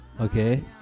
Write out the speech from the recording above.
okay